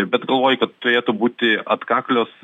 bet galvoju kad turėtų būti atkaklios